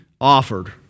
offered